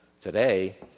today